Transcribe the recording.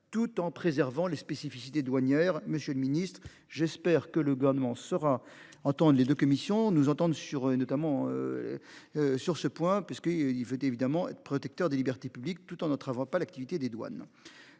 tout en préservant les spécificités douanières. Monsieur le Ministre, j'espère que le gouvernement saura en temps de les deux commissions nous entende sur notamment. Sur ce point, puisqu'il il fait évidemment protecteur des libertés publiques tout en notre pas l'activité des douanes.